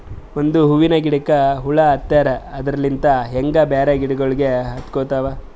ಒಂದ್ ಹೂವಿನ ಗಿಡಕ್ ಹುಳ ಹತ್ತರ್ ಅದರಲ್ಲಿಂತ್ ಹಂಗೆ ಬ್ಯಾರೆ ಗಿಡಗೋಳಿಗ್ನು ಹತ್ಕೊತಾವ್